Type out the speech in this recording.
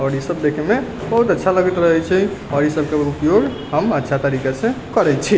आओर ईसब देखैमे बहुत अच्छा लगैत रहै छै आओर ईसबके उपयोग हम अच्छा तरीकासँ करै छी